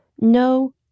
no